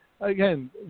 again